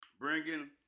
Bringing